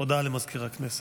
הודעה למזכיר הכנסת.